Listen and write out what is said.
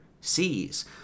sees